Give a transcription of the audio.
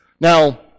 Now